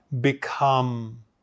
become